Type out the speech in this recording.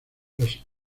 los